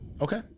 Okay